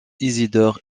isidore